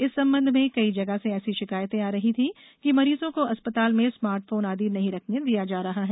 इस संबंध में कई जगह से ऐसी शिकायतें आ रही थी कि मरीजों को अस्पताल में स्मार्ट फोन आदि नहीं रखने दिया जा रहा है